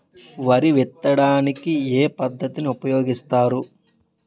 వరి విత్తడానికి ఏ పద్ధతిని ఉపయోగిస్తారు?